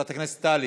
חברת הכנסת טלי,